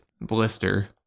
blister